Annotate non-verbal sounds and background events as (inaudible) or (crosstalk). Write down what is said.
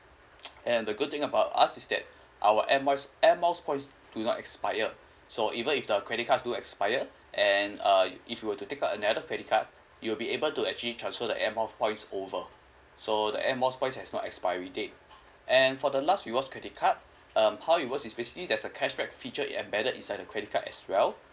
(noise) and the good thing about us is that our air points air miles points do not expire so even if the credit card do expire and uh if you were to take up another credit card you'll be able to actually transfer the air miles points over so the air miles points has no expiry date and for the last rewards credit card um how it works is basically there's a cashback feature it embedded inside the credit card as well